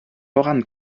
voran